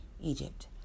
Egypt